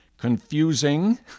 confusing